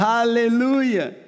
Hallelujah